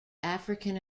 african